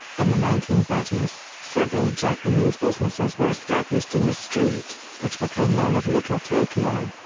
in the nineteen thirty s, several japanese businesses were established in the street, which became known as little tokyo.